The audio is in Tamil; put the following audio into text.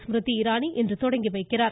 ஸ்மிர்தி இராணி இன்று தொடங்கி வைக்கிறார்